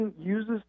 uses